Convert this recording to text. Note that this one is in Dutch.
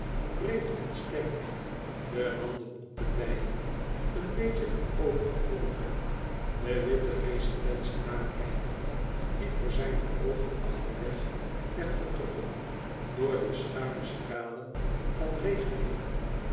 breed en sterk de handen op de dijen een beetje voorover gebogen de witte rezidentie nakijkend die voor zijne oogen achter weg werd getrokken door de schuine stralen van regen heen